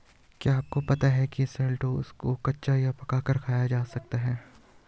क्या आपको पता है शलोट्स को कच्चा या पकाकर खाया जा सकता है?